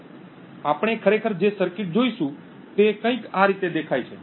આપણે ખરેખર જે સર્કિટ જોઈશું તે કંઈક આ રીતે દેખાય છે